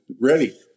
ready